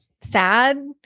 sad